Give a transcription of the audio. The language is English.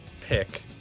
pick